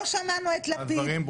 לא שמענו את לפיד,